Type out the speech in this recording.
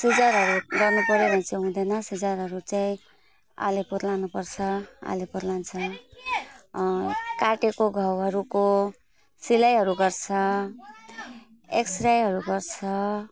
सिजरहरू गर्नुपर्यो भने चाहिँ हुँदैन सिजरहरू चाहिँ अलिपुर लानुपर्छ अलिपुर लान्छ काटेको घाउहरूको सिलाईहरू गर्छ एक्सरेहरू गर्छ